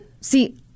See